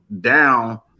down